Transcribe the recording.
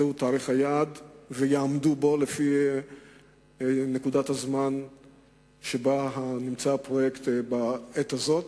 זהו תאריך היעד ויעמדו בו לפי נקודת הזמן שבה נמצא הפרויקט בעת הזו.